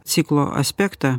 ciklo aspektą